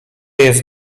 jest